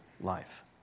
life